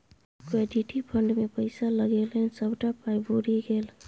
equity fund मे पैसा लगेलनि सभटा पाय बुरि गेल